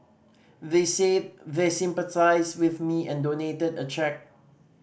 they said they sympathised with me and donated a cheque